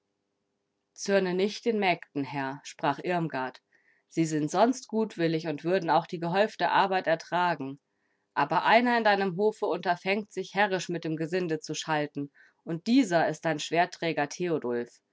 zürne nicht den mägden herr sprach irmgard sie sind sonst gutwillig und würden auch die gehäufte arbeit ertragen aber einer in deinem hofe unterfängt sich herrisch mit dem gesinde zu schalten und dieser ist dein schwertträger theodulf